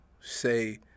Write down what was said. say